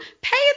pay